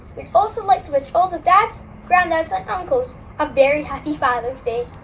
also like to wish all the dads, granddads and uncles a very happy father's day.